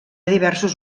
diversos